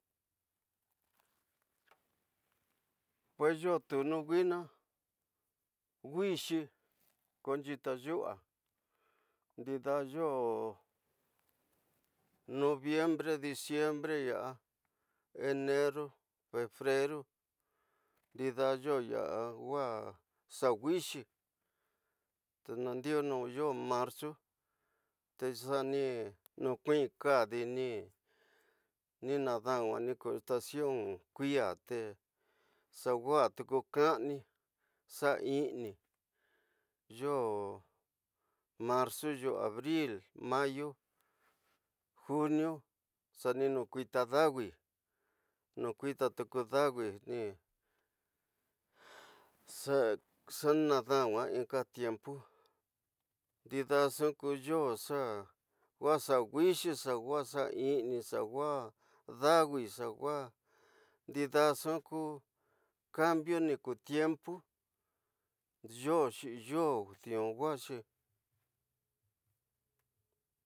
Pues yoo tunu nwina wixi ko ñyta ñyua ñnda yoo, noviembre diciembre yara enero febrero ndida yoo yoo waa xa wixr te ñandionu yoo marzu, te xa ni ñokwin ñndini ñndaa ñnuwani ko estasion ñndate xa waa tuku kanu xa ñgini yoo marzu yoo abril mayu ññunu, xa ñi ñu ñkuñi ññawi ñkuñita ññawi xa ña ññawi ñnka tiempo ñnda ñxu ku yoo waa dawi, ñka ñti ñka nxukambio ñiku tiempo, yoo xi'in yooxi diu waxi